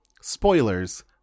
Spoilers